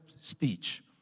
speech